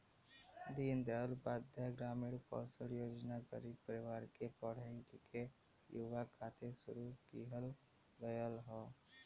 दीन दयाल उपाध्याय ग्रामीण कौशल योजना गरीब परिवार के पढ़े लिखे युवा खातिर शुरू किहल गयल हौ